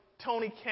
Tony